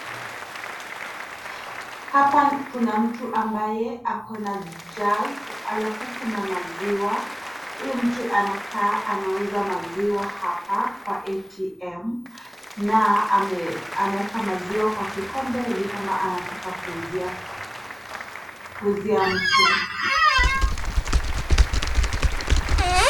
Hapa kuna mtu ambaye ako na jug halafu kuna maziwa. Huyu mtu anakaa anauza maziwa hapa kwa ATM . Na ameweka maziwa kwa kikombe ni kama anataka kuuzia mtu.